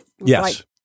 Yes